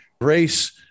race